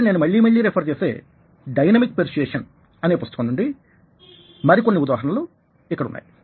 ఇక్కడ నేను మళ్ళీ మళ్ళీ రిఫర్ చేసే డైనమిక్ పెర్సుయేసన్అనే పుస్తకం నుండి మరికొన్ని ఉదాహరణ లు ఇక్కడ వున్నాయి